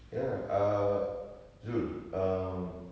ya lah err zul um